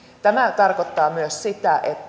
tämä tarkoittaa myös sitä